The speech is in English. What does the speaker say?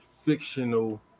fictional